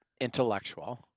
intellectual